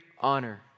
honor